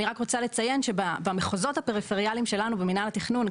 אני רק רוצה לציין שבמחוזות הפריפריאליים שלנו במינהל התכנון,